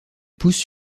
poussent